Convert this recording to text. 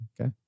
okay